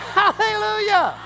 hallelujah